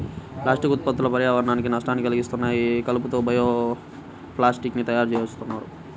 plastic ఉత్పత్తులు పర్యావరణానికి నష్టాన్ని కల్గిత్తన్నాయి, కలప తో బయో ప్లాస్టిక్ ని తయ్యారుజేత్తన్నారు